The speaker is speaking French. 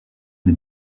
des